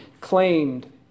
claimed